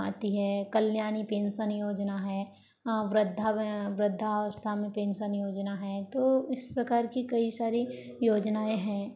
आती हैं कल्याणी पेंशन योजना है वृद्धा वृद्धावस्था में पेंशन योजना हैं तो इस प्रकार की कई सारी योजनाएँ हैं